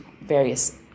various